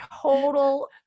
total